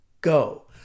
Go